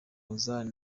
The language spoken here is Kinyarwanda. hassan